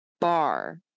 bar